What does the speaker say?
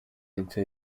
into